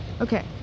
Okay